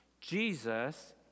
Jesus